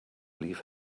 leave